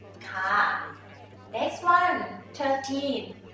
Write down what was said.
ah next one, thirteen.